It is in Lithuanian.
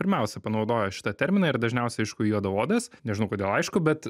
pirmiausia panaudojo šitą terminą ir dažniausiai aišku juodaodės nežinau kodėl aišku bet